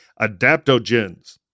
adaptogens